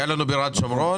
היה לנו בירת שומרון.